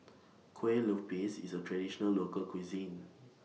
Kue Lupis IS A Traditional Local Cuisine